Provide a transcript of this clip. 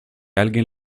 alguien